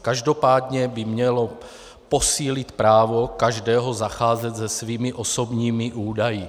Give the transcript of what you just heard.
Každopádně by mělo posílit právo každého zacházet se svými osobními údaji.